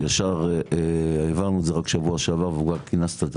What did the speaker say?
ישר העברנו את זה רק שבוע שעבר וכבר כינסת את